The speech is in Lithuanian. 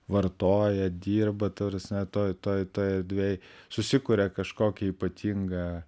vartoja dirba ta prasme toj toj toj erdvėj susikuria kažkokią ypatingą